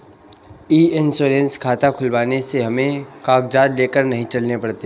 ई insurance खाता खुलवाने से हमें कागजात लेकर नहीं चलने पड़ते